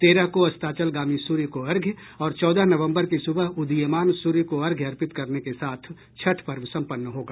तेरह को अस्ताचलगामी सूर्य को अर्घ्य और चौदह नवम्बर की सुबह उदीयमान सूर्य को अर्घ्य अर्पित करने के साथ छठ पर्व सम्पन्न होगा